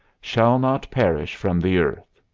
shall not perish from the earth.